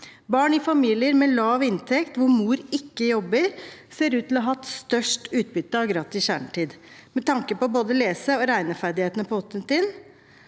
Barn i familier med lav inntekt, hvor mor ikke jobber, ser ut til å ha hatt størst utbytte av gratis kjernetid med tanke på både lese- og regneferdigheter på 8. trinn,